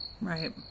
Right